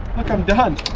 look i'm done